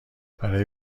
برای